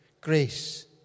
grace